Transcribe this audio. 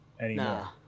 anymore